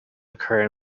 occur